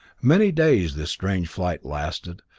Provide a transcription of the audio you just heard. many days this strange flight lasted,